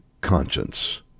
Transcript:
conscience